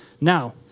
Now